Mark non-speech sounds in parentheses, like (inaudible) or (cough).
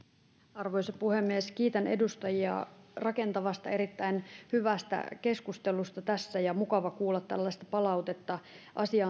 arvoisa puhemies kiitän edustajia rakentavasta erittäin hyvästä keskustelusta tässä ja mukava kuulla tällaista palautetta asia (unintelligible)